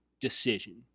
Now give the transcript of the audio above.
decision